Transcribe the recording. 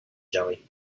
jelly